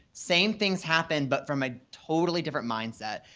same things happen, but from a totally different mindset.